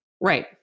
Right